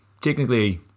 technically